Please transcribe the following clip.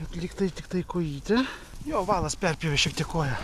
bet lygtai tiktai kojytė jo valas perpjovė šiek tiek koją